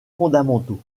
fondamentaux